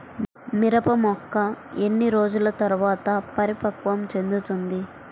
మిరప మొక్క ఎన్ని రోజుల తర్వాత పరిపక్వం చెందుతుంది?